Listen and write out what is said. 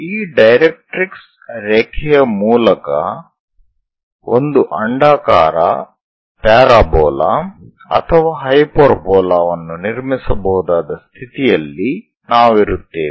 ಈ ಡೈರೆಕ್ಟ್ರಿಕ್ಸ್ ರೇಖೆಯ ಮೂಲಕ ಒಂದು ಅಂಡಾಕಾರ ಪ್ಯಾರಾಬೋಲಾ ಅಥವಾ ಹೈಪರ್ಬೋಲಾ ವನ್ನು ನಿರ್ಮಿಸಬಹುದಾದ ಸ್ಥಿತಿಯಲ್ಲಿ ನಾವಿರುತ್ತೇವೆ